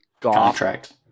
contract